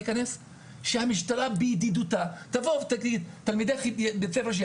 להכנסת קבוצות גדולות בתיאום מראש בצורה יותר